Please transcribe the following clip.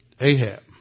Ahab